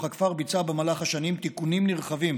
הכפר ביצע במהלך השנים תיקונים נרחבים